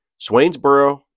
Swainsboro